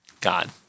God